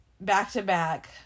back-to-back